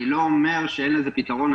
אני לא אומר שאין לזה פתרון.